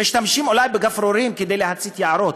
יש פירומנים בחוץ שמשתמשים אולי בגפרורים כדי להצית יערות,